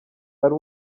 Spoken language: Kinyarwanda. ari